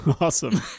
Awesome